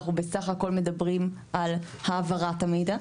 אנחנו בסך הכל מדברים על העברת המידע.